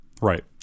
right